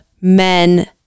men